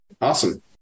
Awesome